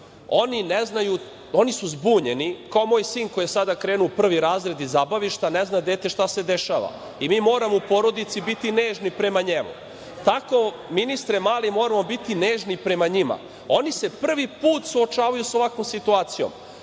oni su zbunjeni, kao moj sin koji je sada krenuo u prvi razred iz zabavišta i ne zna dete šta se dešava. Mi moramo u porodici biti nežni prema njemu. Tako ministre Mali, moramo biti nežni prema njima, oni se prvi put suočavaju sa ovakvom situacijom.